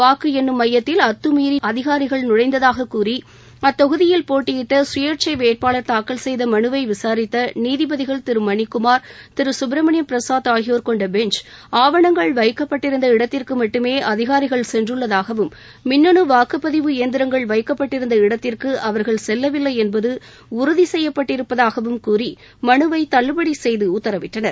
வாக்கு எண்ணும் மையத்தில் அத்துமீறி அதிகாரிகள் நுழைந்ததாக கூறி அத்தொகுதியில் போட்டியிட்ட சுயேட்சை வேட்பாளர் தூக்கல் செய்த மனுவை விசாரித்த நீதிபதிகள் திரு மணிக்குமார் திரு சுப்ரமணியம் பிரசாத் ஆகியோர் கொண்ட பெஞ்ச் ஆவணங்கள் வைக்கப்பட்டிருந்த இடத்திற்கு மட்டுமே அதிகாரிகள் சென்றுள்ளதாகவும் மின்னணு வாக்குப்பதிவு இயந்திரங்கள் வைக்கப்பட்டிருந்த இடத்திற்கு அவர்கள் செல்லவில்லை என்பது உறுதி செப்யப்பட்டிருப்பதாகவும் கூறி மனுவை தள்ளுபடி செய்து உக்தரவிட்டனர்